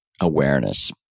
awareness